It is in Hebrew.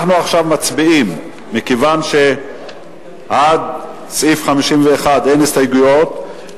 מכיוון שעד סעיף 51 אין הסתייגויות,